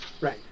Right